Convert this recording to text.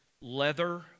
leather